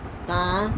ਤਾਂ